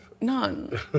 None